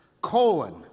colon